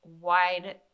wide